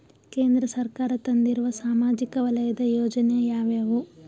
ಕೇಂದ್ರ ಸರ್ಕಾರ ತಂದಿರುವ ಸಾಮಾಜಿಕ ವಲಯದ ಯೋಜನೆ ಯಾವ್ಯಾವು?